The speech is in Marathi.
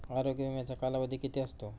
आरोग्य विम्याचा कालावधी किती असतो?